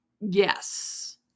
yes